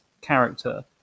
character